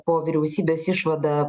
po vyriausybės išvada